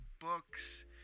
books